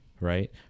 Right